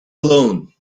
alone